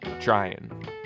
trying